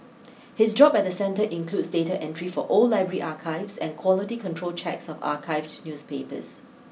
his job at the centre includes data entry for old library archives and quality control checks of archived newspapers